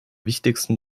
wichtigsten